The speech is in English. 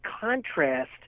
contrast